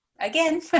again